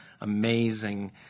amazing